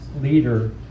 leader